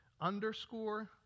underscore